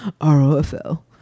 R-O-F-L